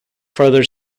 further